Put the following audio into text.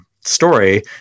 story